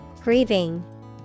Grieving